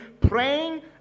praying